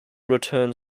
return